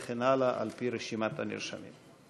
וכן הלאה על-פי רשימת הנרשמים.